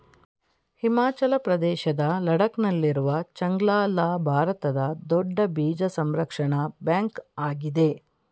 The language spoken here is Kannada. ಹಿಮಾಚಲ ಪ್ರದೇಶದ ಲಡಾಕ್ ನಲ್ಲಿರುವ ಚಾಂಗ್ಲ ಲಾ ಭಾರತದ ದೊಡ್ಡ ಬೀಜ ಸಂರಕ್ಷಣಾ ಬ್ಯಾಂಕ್ ಆಗಿದೆ